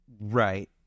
Right